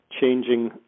changing